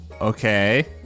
Okay